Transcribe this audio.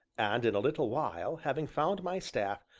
and, in a little while, having found my staff,